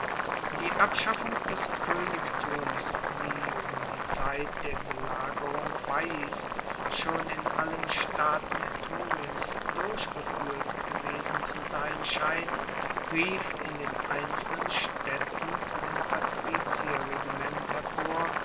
die abschaffung des koenigtums die um die zeit der belagerung veiis schon in allen staaten etruriens durchgefuehrt gewesen zu sein scheint rief in den einzelnen staedten ein patrizierregiment hervor